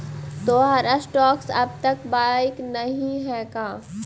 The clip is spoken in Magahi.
तोहार स्टॉक्स अब तक बाइक नही हैं का